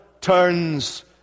turns